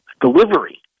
delivery